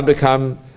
become